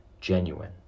genuine